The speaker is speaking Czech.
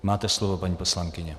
Máte slovo, paní poslankyně.